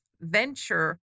venture